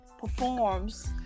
performs